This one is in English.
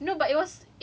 neh